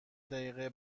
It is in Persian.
دقیقه